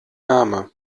name